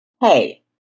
hey